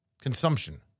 Consumption